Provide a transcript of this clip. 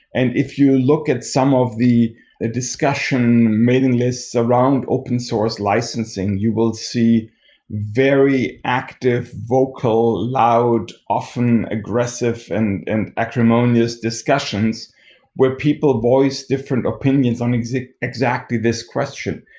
and if you look at some of the discussion mailing lists around open source licensing, you will see very active vocal, loud, often aggressive and and acrimonious discussions where people voice different opinions on exactly exactly this question.